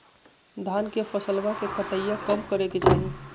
धान के फसलवा के कटाईया कब करे के चाही?